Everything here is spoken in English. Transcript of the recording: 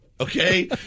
okay